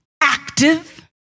active